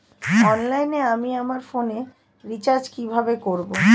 অনলাইনে আমি আমার ফোনে রিচার্জ কিভাবে করব?